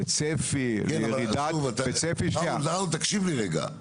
וצפי --- ראול תקשיב לי רגע.